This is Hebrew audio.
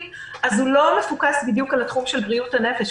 הוא לא מפוקס בדיוק על התחום של בריאות הנפש.